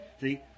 See